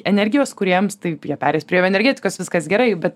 energijos kūrėjams taip jie pereis prie bioenergetikos viskas gerai bet